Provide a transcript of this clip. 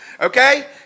Okay